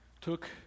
took